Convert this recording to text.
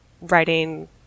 writing